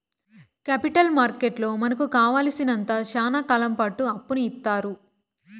capital మార్కెట్లో మనకు కావాలసినంత శ్యానా కాలంపాటు అప్పును ఇత్తారు